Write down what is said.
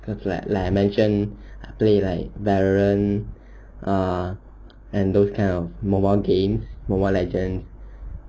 those that I mention playwright baron err and those kind of mobile games mobile legend